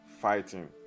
fighting